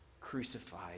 crucified